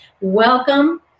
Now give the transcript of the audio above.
welcome